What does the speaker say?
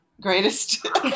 greatest